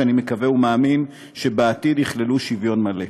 שאני מקווה ומאמין שבעתיד יכללו שוויון מלא.